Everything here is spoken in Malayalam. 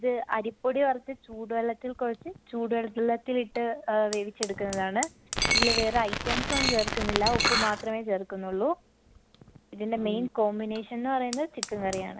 ഇത് അരിപ്പൊടി വറുത്ത് ചൂടുവെള്ളത്തിൽ കുഴച്ച് ചൂടുവെള്ളത്തിലിട്ട് വേവിച്ചെടുക്കുന്നതാണ് ഇതിൽ വേറെ ഐറ്റംസ് ഒന്നും ചേർക്കുന്നില്ല ഉപ്പ് മാത്രമേ ചേർക്കുന്നുള്ളു ഇതിൻ്റെ മെയിൻ കോമ്പിനേഷനെന്ന് പറയുന്നത് ചിക്കൻ കറിയാണ്